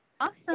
Awesome